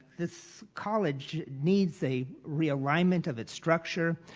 this college needs a realignment of its structure,